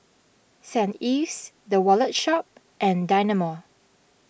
Saint Ives the Wallet Shop and Dynamo